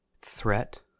Threat